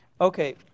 Okay